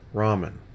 ramen